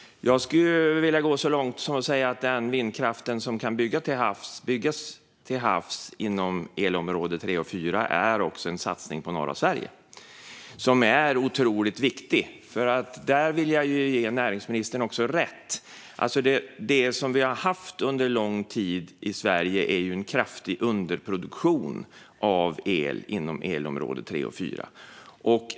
Jag skulle vilja gå så långt som att säga att den vindkraft som kan byggas till havs inom elområde 3 och 4 också är en satsning på norra Sverige som är otroligt viktig. Där vill jag ge näringsministern rätt. Det som vi har haft under lång tid i Sverige är en kraftig underproduktion av el inom elområde 3 och 4.